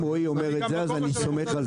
אם רועי אומר את זה, אני סומך על זה.